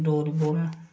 डोगरी बोलन